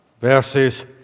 verses